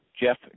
Jeff